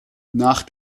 nach